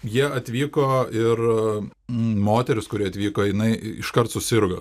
jie atvyko ir moteris kuri atvyko jinai iškart susirgo